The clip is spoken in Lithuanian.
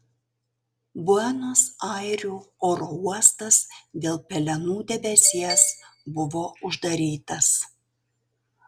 buenos airių oro uostas dėl pelenų debesies buvo uždarytas